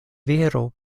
vero